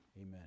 amen